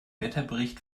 wetterbericht